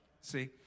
See